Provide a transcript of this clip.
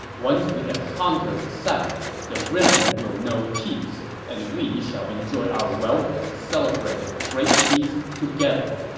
once we have conquered the south, the realm will know peace, and we shall enjoy our wealth and celebrate the great peace together!